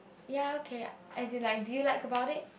ya okay as in like do you like about it